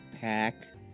pack